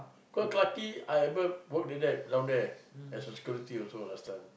cause Clarke-Quay I ever work the lab down as a security also last time